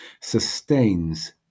sustains